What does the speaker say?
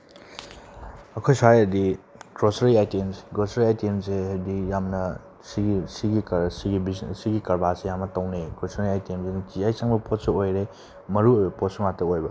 ꯑꯩꯈꯣꯏ ꯁꯥꯏꯗꯗꯤ grocery items grocery ꯑꯥꯏꯇꯦꯝꯁꯦ ꯍꯥꯏꯕꯗꯤ ꯌꯥꯝꯅ ꯁꯤꯒꯤ ꯕꯤꯖꯤꯅꯦꯁ ꯁꯤꯒꯤ ꯀꯔꯕꯥꯔꯁꯦ ꯌꯥꯝꯅ ꯇꯧꯅꯩ ꯒ꯭ꯔꯣꯁꯔꯤ ꯑꯥꯏꯇꯦꯝꯁꯦ ꯑꯗꯨꯝ ꯅꯨꯡꯇꯤꯖꯥꯒꯤ ꯆꯪꯕ ꯄꯣꯠꯁꯨ ꯑꯣꯏꯔꯦ ꯃꯔꯨ ꯑꯣꯏꯕ ꯄꯣꯠꯁꯨ ꯉꯥꯛꯇ ꯑꯣꯏꯕ